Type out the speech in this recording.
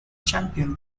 championed